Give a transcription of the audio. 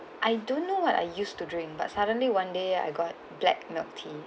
I don't know what I used to drink but suddenly one day I got black milk tea